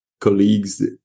colleagues